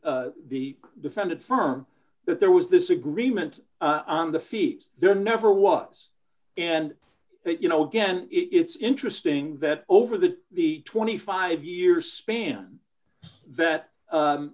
the defendant firm that there was this agreement the feet there never was and you know again it's interesting that over the the twenty five years span that